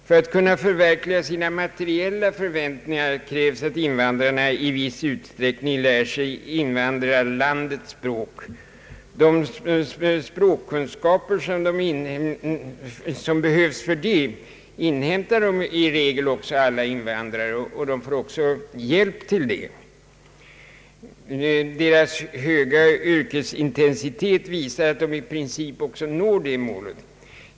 För att kunna förverkliga sina materiella förväntningar måste invandrarna i viss utsträckning lära sig invandrarlandets språk. De språkkunskaper som behövs för detta inhämtar i regel också alla invandrare, och de får även hjälp till det. Deras höga yrkesintensitet visar att de i princip också når det målet.